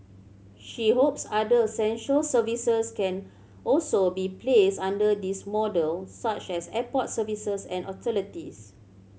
she hopes other essential services can also be placed under this model such as airport services and utilities